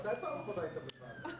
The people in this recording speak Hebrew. מתי בפעם האחרונה היית בוועדה?